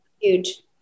Huge